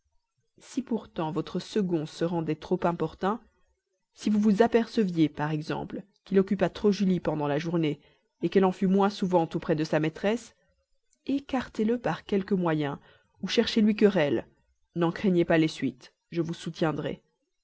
si pourtant votre second se rendait importun si vous vous aperceviez par exemple qu'il occupât trop julie pendant la journée qu'elle en fût moins souvent auprès de sa maîtresse écartez le par quelque moyen ou cherchez lui querelle n'en craignez pas les suites je vous soutiendrai